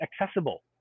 accessible